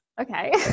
okay